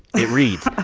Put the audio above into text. it reads,